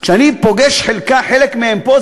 כשאני פוגש חלק מהם פה,